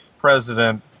president